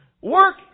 work